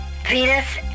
Venus